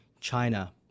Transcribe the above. China